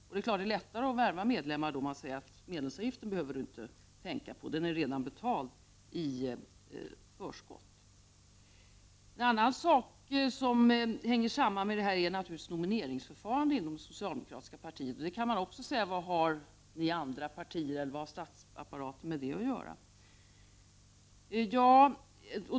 Det är klart att det är lättare att värva medlemmar om man kan säga: Medlemsavgiften behöver du inte tänka på — den är redan betald i förskott. En annan sak som hänger samman med det här är naturligtvis nomineringsförfarandet inom det socialdemokratiska partiet. Även på den punkten kan man säga: Vad har andra partier eller vad har statsapparaten med det att göra?